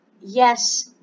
yes